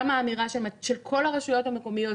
גם האמירה שכל הרשויות המקומיות,